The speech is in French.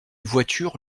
voiture